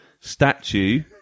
statue